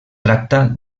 tracta